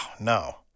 no